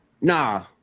nah